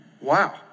wow